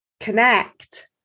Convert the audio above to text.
connect